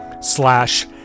slash